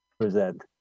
present